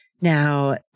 Now